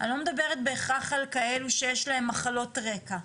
אני לא מדברת בהכרח על כאלה שיש להם מחלות רקע,